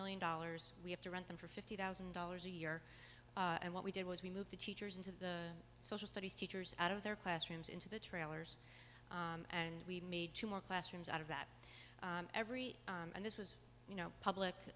dollars we have to rent them for fifty thousand dollars a year and what we did was we moved the teachers into the social studies teachers out of their classrooms into the trailers and we made two more classrooms out of that every and this was you know